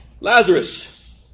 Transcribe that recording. Lazarus